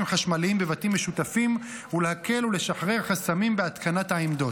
חשמליים בבתים משותפים ולהקל ולשחרר חסמים בהתקנת העמדות,